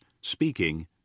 speaking